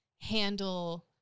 handle